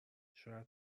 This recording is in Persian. شاید